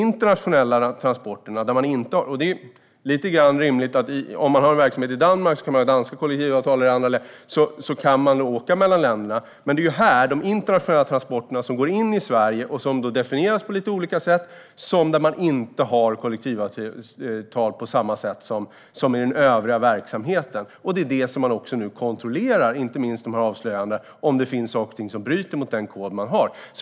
Det är rimligt att verksamhet i Danmark ska ha danska kollektivavtal och så vidare i andra länder. Då kan man åka mellan länderna. Det är de internationella transporterna som går in i Sverige som definieras på lite olika sätt och där det inte finns kollektivavtal på samma sätt som i den övriga verksamheten. Det är det som man nu kontrollerar, inte minst efter avslöjandena om att det sker saker och ting som bryter mot den kod som finns.